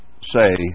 say